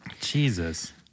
Jesus